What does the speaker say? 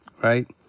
Right